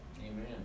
Amen